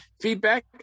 feedback